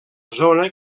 zona